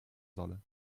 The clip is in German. solle